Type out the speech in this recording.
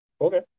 Okay